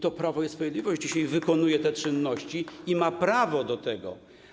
To Prawo i Sprawiedliwość dzisiaj wykonuje te czynności i ma prawo do tego.